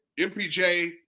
MPJ